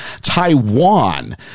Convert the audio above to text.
Taiwan